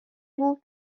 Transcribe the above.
بود